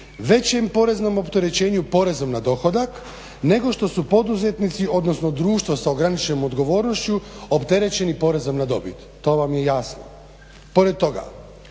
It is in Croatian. većem poreznom opterećenju porezom na dohodak, nego što su poduzetnici odnosno društvo sa ograničenom odgovornošću opterećeni porezom na dobit. To vam je jasno.